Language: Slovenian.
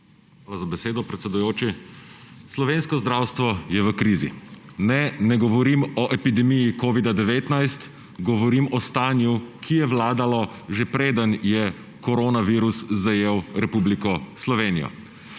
Hvala za besedo, predsedujoči. Slovensko zdravstvo je v krizi. Ne ne govorim o epidemiji covida-19, govorim o stanju, ki je vladalo že preden je koronavirus zajel Republiko Slovenijo.